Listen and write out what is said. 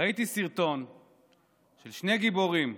ראיתי סרטון של שני גיבורים,